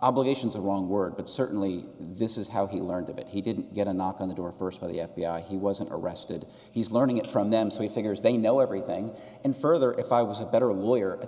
obligations are wrong word but certainly this is how he learned of it he didn't get a knock on the door first by the f b i he wasn't arrested he's learning it from them so he figures they know everything and further if i was a better lawyer at